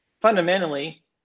fundamentally